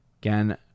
Again